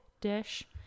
dish